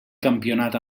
campionat